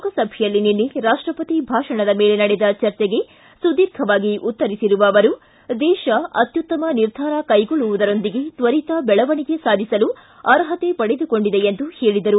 ಲೋಕಸಭೆಯಲ್ಲಿ ನಿನ್ನೆ ರಾಷ್ಲಪತಿ ಭಾಷಣದ ಮೇಲೆ ನಡೆದ ಚರ್ಚೆಗೆ ಸುದೀರ್ಘವಾಗಿ ಉತ್ತರಿಸಿರುವ ಅವರು ದೇಶ ಅತ್ಯುತ್ತಮ ನಿರ್ಧಾರ ಕೈಗೊಳ್ಳುವುದರೊಂದಿಗೆ ತ್ವರಿತ ಬೆಳವಣಿಗೆ ಸಾಧಿಸಲು ಅರ್ಹತೆ ಪಡೆದುಕೊಂಡಿದೆ ಎಂದು ಹೇಳಿದರು